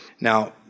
Now